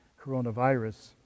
coronavirus